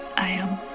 i um.